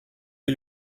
est